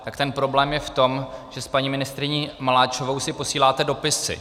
Tak ten problém je v tom, že s paní ministryní Maláčovou si posíláte dopisy.